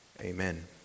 Amen